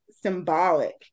symbolic